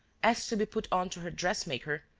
asked to be put on to her dressmaker,